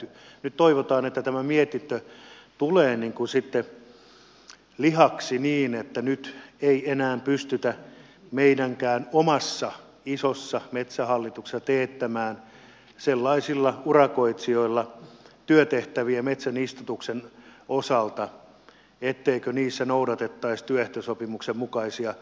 nyt toivotaan että tämä mietintö tulee sitten lihaksi niin että nyt ei enää pystytä meidänkään omassa isossa metsähallituksessa teettämään sellaisilla urakoitsijoilla työtehtäviä metsän istutuksen osalta etteikö niissä noudatettaisi työehtosopimuksen mukaisia määräyksiä